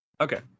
Okay